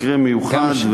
מקרה מיוחד.